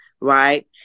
right